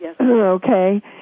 okay